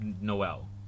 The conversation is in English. Noel